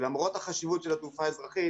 ולמרות החשיבות של התעופה האזרחית,